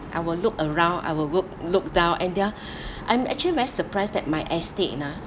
I will look around I will look look down and there are I'm actually very surprised that my estate uh